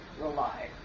rely